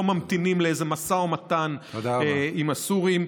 לא ממתינים לאיזה משא ומתן עם הסורים.